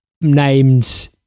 named